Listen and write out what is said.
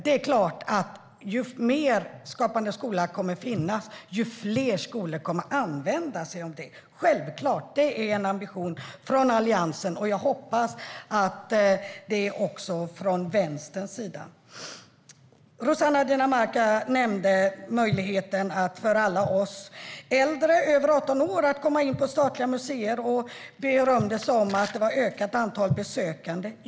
Det är klart att ju längre Skapande skola kommer att finnas, desto fler skolor kommer att använda sig av det. Det är självklart. Det är en ambition från Alliansen, och jag hoppas att det är det också från Vänsterns sida. Rossana Dinamarca nämnde möjligheten för alla oss över 18 år att komma in på statliga museer och berömde sig om att det var ett ökat antal besökande.